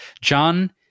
John